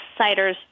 ciders